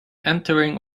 entering